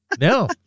No